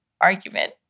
argument